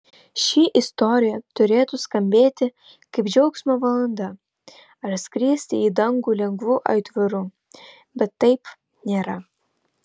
ši istorija turėtų skambėti kaip džiaugsmo valanda ar skristi į dangų lengvu aitvaru bet taip nėra